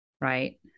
right